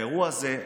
האירוע הזה,